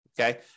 Okay